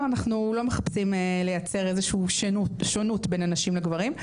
אנחנו לא מחפשות לייצר איזשהו שונות בין הנשים לגברים,